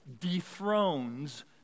dethrones